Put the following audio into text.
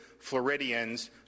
floridians